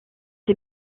ces